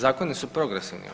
Zakoni su progresivni.